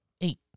eight